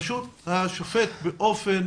פשוט הרשם הבכיר באופן